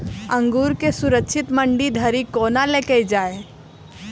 अंगूर केँ सुरक्षित मंडी धरि कोना लकऽ जाय?